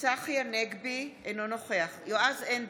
צחי הנגבי, אינו נוכח יועז הנדל,